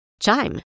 Chime